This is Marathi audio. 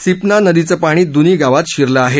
सिपना नदीचं पाणी दुनी गावात शिरलं आहे